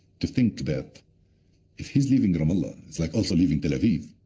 to think that if he's leaving ramallah, it's like also leaving tel aviv.